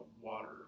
water